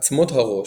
עצמות הראש,